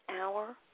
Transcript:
hour